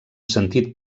sentit